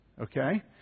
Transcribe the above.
Okay